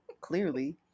clearly